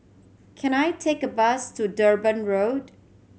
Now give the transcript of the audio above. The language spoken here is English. can I take a bus to Durban Road